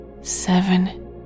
seven